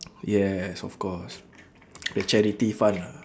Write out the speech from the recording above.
yes of course a charity fund ah